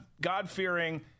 God-fearing